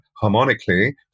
harmonically